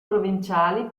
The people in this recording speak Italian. provinciali